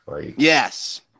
Yes